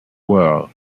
world